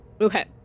Okay